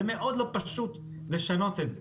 זה מאוד לא פשוט לשנות את זה.